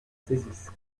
saisisse